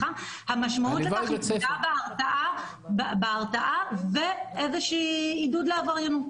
המשמעות לכך היא פגיעה בהתרעה ואיזשהו עידוד לעבריינות.